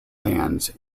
lands